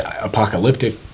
apocalyptic